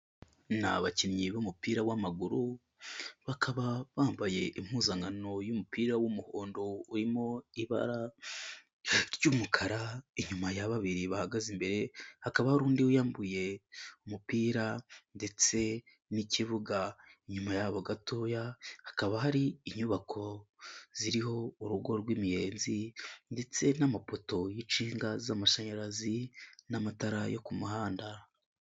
Ni abakinnyi b'umupira w'amaguru bakaba bambaye impuzankano y'umupira w'umuhondo urimo ibara ry'umukara, inyuma ya babiri bahagaze imbere hakaba hari undi wiyambuye umupira ndetse n'ikibuga, inyuma yabo gatoya hakaba hari inyubako ziriho urugo rw'imiyenzi, ndetse n'amapoto y'inshinga z'amashanyarazi n'amatara yo ku muhanda.